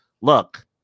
look